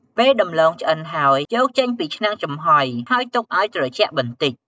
ពេលដំឡូងឆ្អិនហើយ យកចេញពីឆ្នាំងចំហុយ ហើយទុកឱ្យត្រជាក់បន្តិច។